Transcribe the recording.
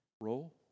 role